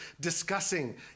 discussing